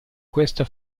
questa